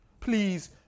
Please